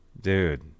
dude